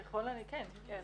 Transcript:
כן,